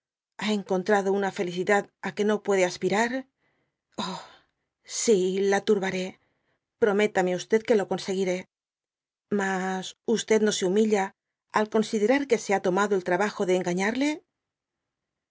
ha encontrado una felicidad á que no puede aspirar oh si la turbaré prométame que lo consiiré mas no se humilla al considerar que se ha tomado el trabajo de engañarle